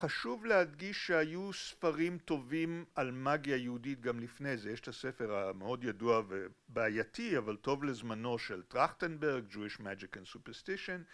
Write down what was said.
חשוב להדגיש שהיו ספרים טובים על מגיה יהודית גם לפני זה יש את הספר המאוד ידוע ובעייתי אבל טוב לזמנו של טרכטנברג Jewish magic and superstition